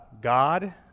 God